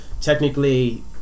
Technically